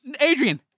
Adrian